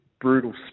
brutal